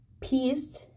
peace